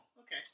okay